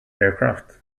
aircraft